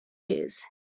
years